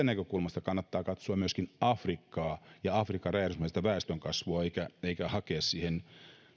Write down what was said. näkökulmasta kannattaa katsoa myöskin afrikkaa ja afrikan räjähdysmäistä väestönkasvua eikä eikä hakea siihen muuta